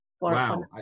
wow